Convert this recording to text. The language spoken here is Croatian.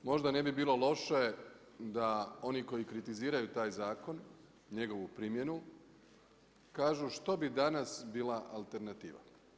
Možda ne bi bilo loše da oni koji kritiziraju taj zakon, njegovu primjenu, kažu što bi danas bila alternativa.